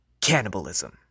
Cannibalism